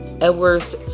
Edwards